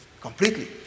Completely